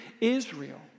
Israel